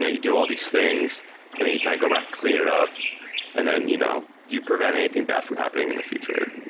you do all these things and then you kind of go back, clean it up and then you know you prevent anything bad from happening in the future.